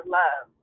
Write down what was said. love